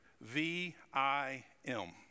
V-I-M